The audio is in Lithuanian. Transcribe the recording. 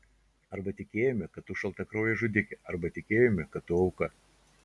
arba tikėjome kad tu šaltakraujė žudikė arba tikėjome kad tu auka